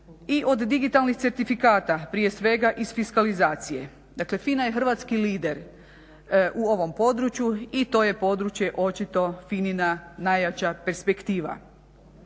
i od digitalnih certifikata, prije svega iz fiskalizacije. Dakle FINA je hrvatski lider u ovom području i to je područje očito FINA-ina najjača perspektiva.